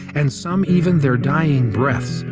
and some even their dying breaths,